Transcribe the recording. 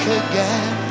again